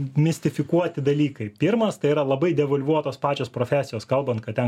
mistifikuoti dalykai pirmas tai yra labai devolvuotos pačios profesijos kalbant kad ten